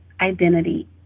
identity